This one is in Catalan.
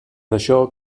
això